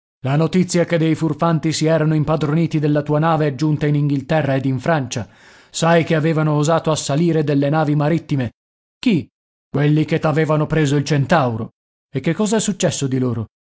la notizia che dei furfanti si erano impadroniti della tua nave è giunta in inghilterra ed in francia sai che avevano osato assalire delle navi marittime chi quelli che t'avevano preso il centauro e che cosa è successo di loro